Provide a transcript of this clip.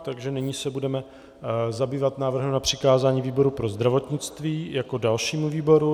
Takže nyní se budeme zabývat návrhem na přikázání výboru pro zdravotnictví jako dalšímu výboru.